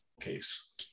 case